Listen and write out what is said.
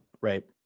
Right